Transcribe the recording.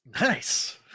Nice